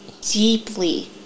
deeply